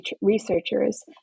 researchers